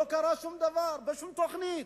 לא קרה שום דבר בשום תוכנית,